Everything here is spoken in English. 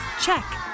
check